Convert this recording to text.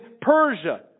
Persia